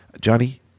Johnny